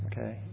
Okay